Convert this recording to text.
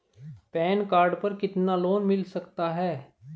Pan card पर कितना loan मिल सकता है?